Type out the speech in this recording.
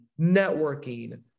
networking